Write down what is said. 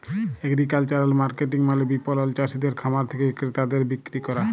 agricultural marketing মালে বিপণল চাসিদের খামার থেক্যে ক্রেতাদের বিক্রি ক্যরা